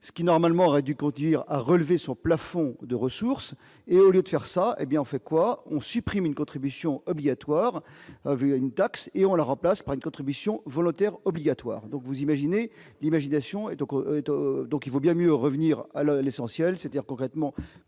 ce qui normalement aurait dû conduire à relever son plafond de ressources, et au lieu de faire ça, hé bien on fait quoi, on supprime une contribution obligatoire via une taxe et on la remplace par une contribution volontaire obligatoire, donc vous imaginez l'imagination et donc donc il vaut bien mieux revenir à la l'essentiel c'est-à-dire concrètement